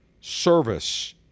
service